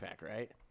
right